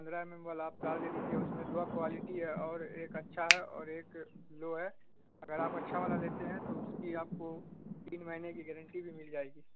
پندرہ M M والا آپ تار لے لیجیے اس میں دو آ کوالٹی ہے اور ایک اچھا ہے اور ایک لو ہے اگر آپ اچھا والا لیتے ہیں تو اس کی آپ کو تین مہینے کی گارنٹی بھی مل جائے گی